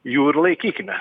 jų ir laikykimės